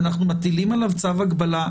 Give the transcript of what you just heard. ואנחנו מטילים עליו הגבלה,